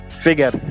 Figure